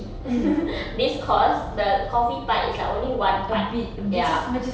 this course the coffee part is like only one part ya